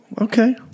Okay